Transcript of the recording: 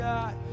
God